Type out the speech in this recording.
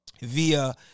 via